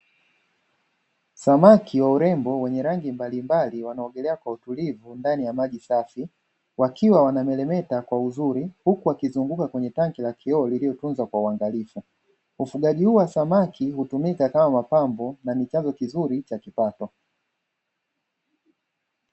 Samaki wa urembo wenye rangi mbalimbali wanaogelea kwa utulivu ndani ya maji safi wakiwa wanameremeta kwa uzuri huku wakizunguka kwenye tangi la kioo lililotunzwa kwa uangalifu, ufugaji huu wa samaki hutumika kama mapambo na ni chanzo kizuri cha kipato.